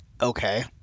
Okay